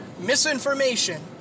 misinformation